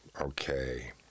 Okay